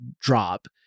drop